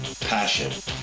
passion